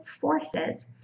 forces